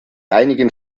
einigen